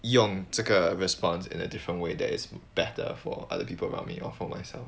用这个 responds in a different way that is better for other people around me or for myself